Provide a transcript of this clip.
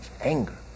anger